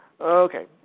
Okay